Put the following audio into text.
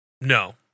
no